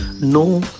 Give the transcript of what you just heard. no